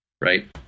right